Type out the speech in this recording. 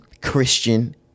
Christian